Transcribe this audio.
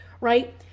right